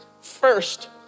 first